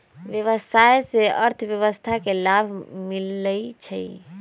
व्यवसाय से अर्थव्यवस्था के लाभ मिलइ छइ